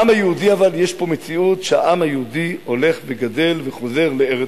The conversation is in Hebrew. יש פה מציאות שהעם היהודי הולך וגדל וחוזר לארץ-ישראל.